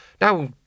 now